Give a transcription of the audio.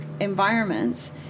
environments